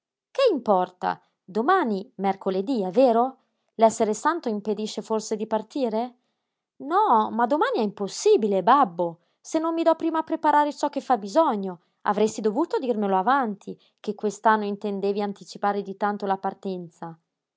che importa domani mercoledí è vero l'essere santo impedisce forse di partire no ma domani è impossibile babbo se non mi do prima a preparare ciò che fa bisogno avresti dovuto dirmelo avanti che quest'anno intendevi anticipare di tanto la partenza